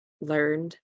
learned